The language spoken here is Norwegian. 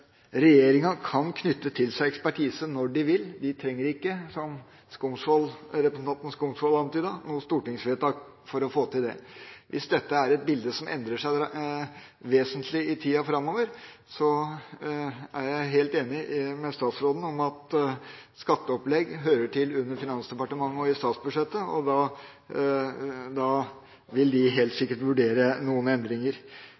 Regjeringa kan knytte til seg ekspertise når den vil. Den trenger ikke, som representanten Skumsvoll antydet, noe stortingsvedtak for å få til det. Hvis dette er et bilde som endrer seg vesentlig i tiden framover, er jeg helt enig med statsråden i at skatteopplegg hører inn under Finansdepartementet og i statsbudsjettet, og da vil en helt